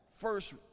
first